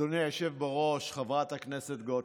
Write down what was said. אדוני היושב בראש, חברת הכנסת גוטליב,